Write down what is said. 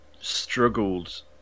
struggled